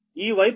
ఈ వైపు 0